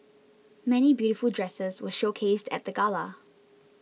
many beautiful dresses were showcased at the gala